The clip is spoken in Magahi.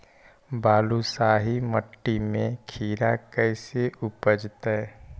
बालुसाहि मट्टी में खिरा कैसे उपजतै?